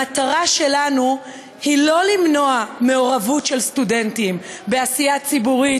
המטרה שלנו היא לא למנוע מעורבות של סטודנטים בעשייה ציבורית,